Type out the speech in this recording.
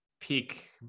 peak